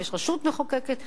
ויש רשות מחוקקת,